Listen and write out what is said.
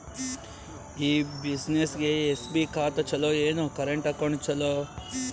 ಈ ಬ್ಯುಸಿನೆಸ್ಗೆ ಎಸ್.ಬಿ ಖಾತ ಚಲೋ ಏನು, ಕರೆಂಟ್ ಅಕೌಂಟ್ ಚಲೋ?